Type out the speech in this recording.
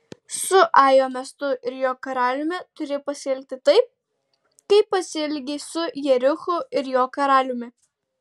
su ajo miestu ir jo karaliumi turi pasielgti taip kaip pasielgei su jerichu ir jo karaliumi